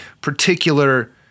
particular